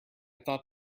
thought